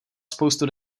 spoustu